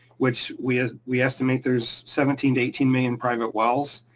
which we ah we estimate there's seventeen eighteen million private wells.